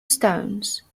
stones